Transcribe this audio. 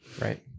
Right